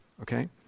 okay